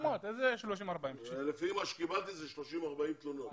700. לפי מה שנאמר לי מדובר ב-40-30 תלונות.